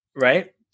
Right